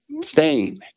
stain